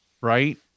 Right